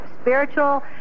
spiritual